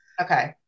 okay